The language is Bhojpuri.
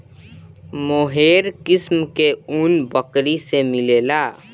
मोहेर किस्म के ऊन बकरी से मिलेला